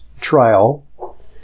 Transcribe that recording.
trial